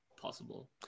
possible